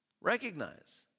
recognize